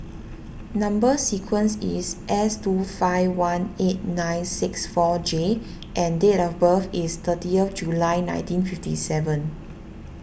Number Sequence is S two five one eight nine six four J and date of birth is thirtieth July nineteen fifty seven